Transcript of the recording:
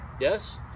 yes